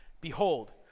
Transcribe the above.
Behold